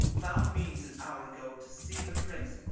found means, an hour ago, to see the prince,